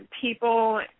people